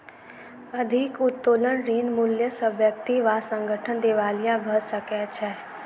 अधिक उत्तोलन ऋण मूल्य सॅ व्यक्ति वा संगठन दिवालिया भ सकै छै